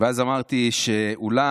ואז אמרתי שאולי,